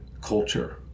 culture